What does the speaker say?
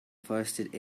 forested